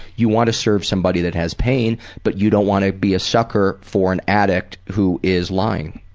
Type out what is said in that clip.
you want to serve somebody that has pain, but you don't want to be a sucker for an addict who is lying?